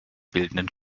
bildenden